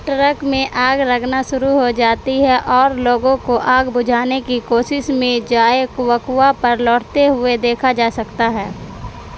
truck میں آگ لگنا شروع ہو جاتی ہے اور لوگوں کو آگ بجھانے کی کوشش میں جائے کوکوا پر لوٹتے ہوئے دیکھا جا سکتا ہے